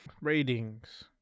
Ratings